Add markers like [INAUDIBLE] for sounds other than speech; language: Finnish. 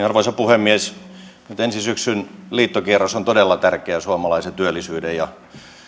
[UNINTELLIGIBLE] arvoisa puhemies nyt ensi syksyn liittokierros on todella tärkeä suomalaisen työllisyyden